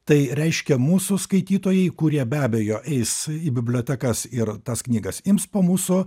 tai reiškia mūsų skaitytojai kurie be abejo eis į bibliotekas ir tas knygas ims po mūsų